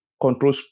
control